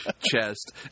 chest